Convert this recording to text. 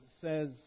says